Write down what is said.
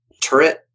turret